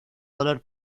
color